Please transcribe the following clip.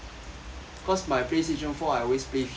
cause my playstation four I always play FIFA mah